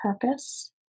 purpose